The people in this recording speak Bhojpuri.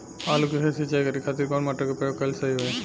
आलू के खेत सिंचाई करे के खातिर कौन मोटर के प्रयोग कएल सही होई?